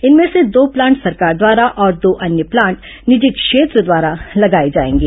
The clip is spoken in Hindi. इनमें से दो प्लांट सरकार द्वारा और दो अन्य प्लांट निजी क्षेत्र द्वारा लगाए जाएंगे